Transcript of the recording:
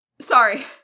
sorry